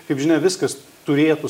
kaip žinia viskas turėtų